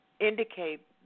indicate